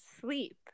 sleep